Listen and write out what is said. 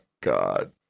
god